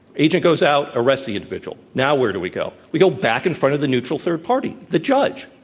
agent goes out, arrests the individual. now where do we go? we go back in front of the neutral third party, the judge.